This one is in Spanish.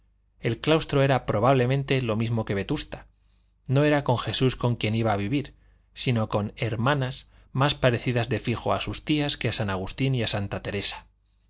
el claustro era probablemente lo mismo que vetusta no era con jesús con quien iba a vivir sino con hermanas más parecidas de fijo a sus tías que a san agustín y a santa teresa